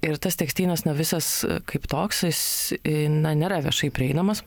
ir tas tekstynas na visas kaip toks jis na nėra viešai prieinamas